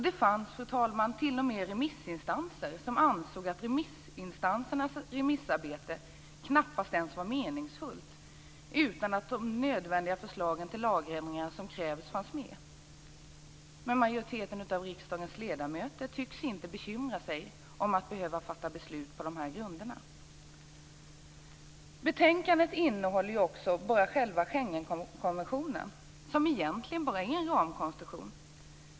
Det fanns t.o.m. remissinstanser som ansåg att deras remissarbete knappast ens var meningsfullt om de nödvändiga förslagen till lagändringar inte fanns med. Men majoriteten av riksdagens ledamöter tycks inte bekymra sig om att behöva fatta beslut på de här grunderna. I betänkandet behandlas bara själva Schengenkonventionen, som egentligen bara är en ramkonstruktion.